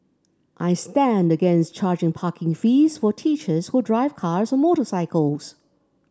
I stand against charging parking fees for teachers who drive cars or motorcycles